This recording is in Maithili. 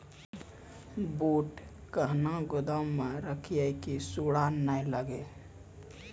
बूट कहना गोदाम मे रखिए की सुंडा नए लागे?